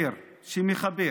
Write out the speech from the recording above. שמחבר